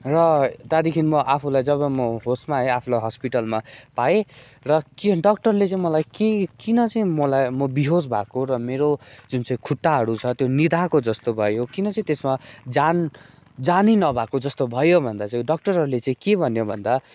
र त्यहाँदेखि म आफूलाई जब म होसमा आएँ आफूलाई हस्पिटलमा पाएँ र के डक्टरले चाहिँ मलाई के किन चाहिँ मलाई म बिहोस भएको र मेरो जुन चाहिँ खुट्टाहरू छ त्यो निदाएको जस्तो भयो किन चाहिँ त्यसमा जान जानै नभएको जस्तो भयो भन्दा चाहिँ डक्टरहरूले चाहिँ के भन्यो भन्दा